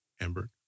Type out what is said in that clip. Amber